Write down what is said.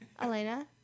Elena